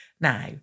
Now